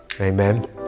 amen